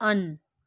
on